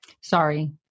Sorry